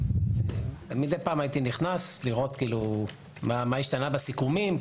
הייתי מדי פעם נכנס לראות מה השתנה בסיכומים,